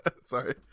sorry